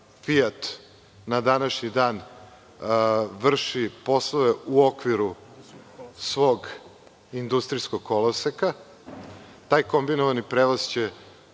„Fijat“ na današnji dan vrši poslove u okviru svog industrijskog koloseka. Taj „Kombinovani prevoz“ će